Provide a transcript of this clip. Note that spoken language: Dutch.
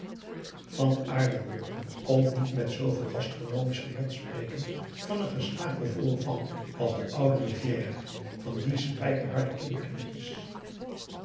van aardenburg kon niet met zooveel gastronomisch genot spreken van een geslaagden vol au vent als de oude rivière van die spijkerharde kinderknietjes